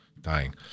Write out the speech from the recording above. Dying